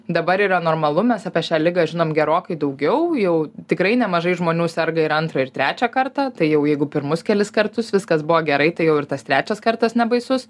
dabar yra normalu mes apie šią ligą žinom gerokai daugiau jau tikrai nemažai žmonių serga ir antrą ir trečią kartą tai jau jeigu pirmus kelis kartus viskas buvo gerai tai jau ir tas trečias kartas nebaisus